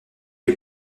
les